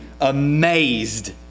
amazed